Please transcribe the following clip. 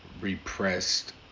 repressed